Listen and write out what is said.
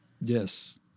Yes